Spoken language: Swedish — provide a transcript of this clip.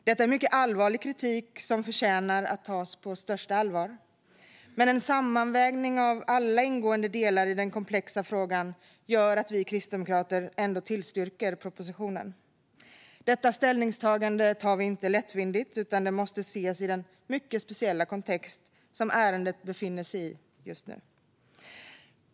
Detta är mycket allvarlig kritik som förtjänar att tas på största allvar. Men en sammanvägning av alla ingående delar i den komplexa frågan gör att vi kristdemokrater ändå tillstyrker propositionen. Detta ställningstagande gör vi inte lättvindigt, utan det måste ses i den mycket speciella kontext som ärendet befinner sig i just nu.